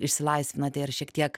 išsilaisvinote ir šiek tiek